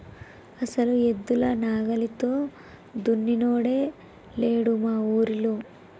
అసలు ఎద్దుల నాగలితో దున్నినోడే లేడు మా ఊరిలో